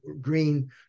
green